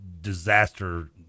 disaster-